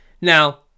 now